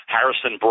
Harrison